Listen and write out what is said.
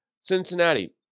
Cincinnati